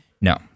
No